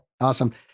Awesome